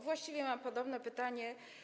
Właściwie mam podobne pytanie.